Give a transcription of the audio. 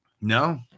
No